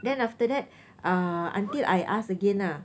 then after that uh until I ask again ah